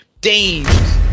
Dames